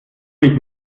mich